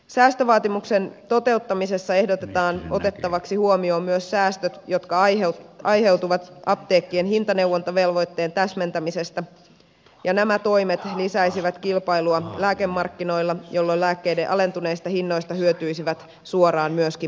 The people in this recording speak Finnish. säästövaatimuksen toteuttamisessa ehdotetaan otettavaksi huomioon myös säästöt jotka aiheutuvat apteekkien hintaneuvontavelvoitteen täsmentämisestä ja nämä toimet lisäisivät kilpailua lääkemarkkinoilla jolloin lääkkeiden alentuneista hinnoista hyötyisivät suoraan myöskin potilaat